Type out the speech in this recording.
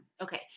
okay